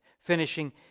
finishing